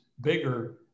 bigger